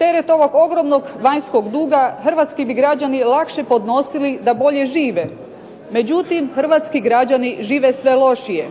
Teret ovog ogromnog vanjskog duga hrvatski bi građani lakše podnosili da bolje žive, međutim hrvatski građani žive sve lošije.